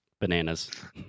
bananas